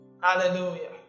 Hallelujah